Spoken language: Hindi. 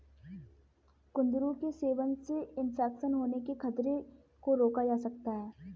कुंदरू के सेवन से इन्फेक्शन होने के खतरे को रोका जा सकता है